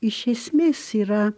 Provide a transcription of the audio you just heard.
iš esmės yra